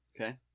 Okay